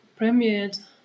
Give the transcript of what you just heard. premiered